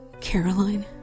Caroline